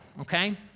okay